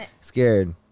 scared